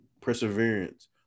perseverance